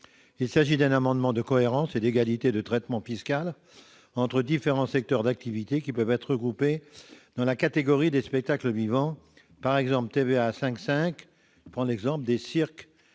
Il s'agit d'un amendement de cohérence et d'égalité de traitement fiscal entre différents secteurs d'activité qui peuvent être regroupés dans la catégorie des spectacles vivants. Ainsi, les cirques